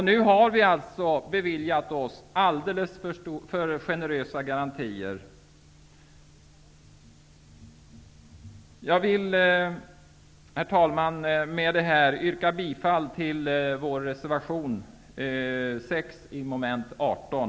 Vi har beviljat oss alldeles för generösa garantier. Med detta, herr talman, vill jag yrka bifall till vår reservation nr 6 i mom. 18.